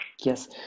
Yes